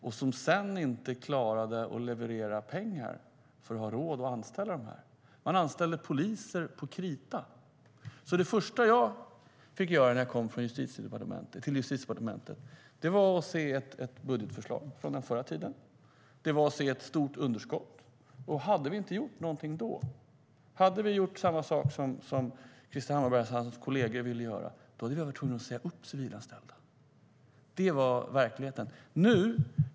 Sedan klarade man inte att leverera pengar för att ha råd att anställa dem. Man anställde poliser på krita. Det första som jag fick göra när jag kom till Justitiedepartementet var att läsa budgetförslaget från den förra regeringen. Den visade ett stort underskott. Hade vi gjort samma sak som Krister Hammarbergh och hans kolleger ville göra hade vi varit tvungna att säga upp civilanställda. Så var verkligheten.